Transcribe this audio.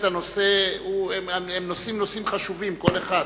הנושאים בהחלט נושאים חשובים, כל אחד,